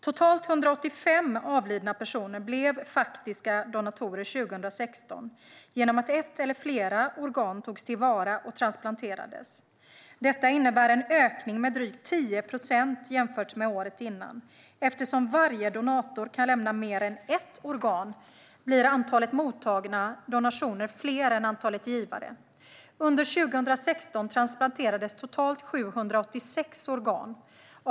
Totalt 185 avlidna personer blev faktiska donatorer 2016 genom att ett eller flera organ togs till vara och transplanterades. Detta innebär en ökning med drygt 10 procent jämfört med året innan. Eftersom varje donator kan lämna mer än ett organ blir antalet mottagna donationer fler än antalet givare. Under 2016 transplanterades totalt 786 organ.